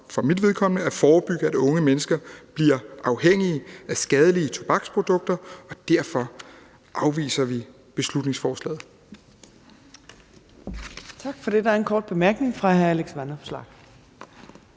for mit vedkommende om at forebygge, at unge mennesker bliver afhængige af skadelige tobaksprodukter, og derfor afviser vi beslutningsforslaget.